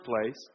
place